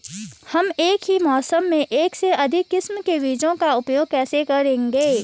हम एक ही मौसम में एक से अधिक किस्म के बीजों का उपयोग कैसे करेंगे?